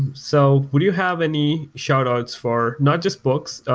so would you have any shout outs for not just books,